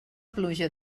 pluja